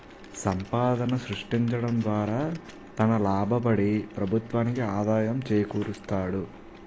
సంపాదన సృష్టించడం ద్వారా తన లాభపడి ప్రభుత్వానికి ఆదాయం చేకూరుస్తాడు